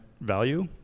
value